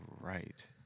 right